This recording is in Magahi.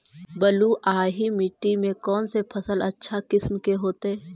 बलुआही मिट्टी में कौन से फसल अच्छा किस्म के होतै?